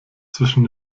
zwischen